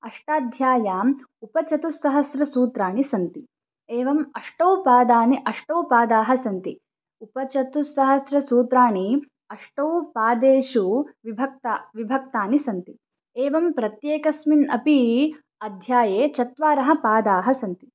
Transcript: अष्टाध्याय्याम् उपचतुस्सहस्रसूत्राणि सन्ति एवम् अष्टौ पादाः अष्टौ पादाः सन्ति उपचतुस्सहस्रसूत्राणि अष्टौ पादेषु विभक्तानि विभक्तानि सन्ति एवं प्रत्येकस्मिन् अपि अध्याये चत्वारः पादाः सन्ति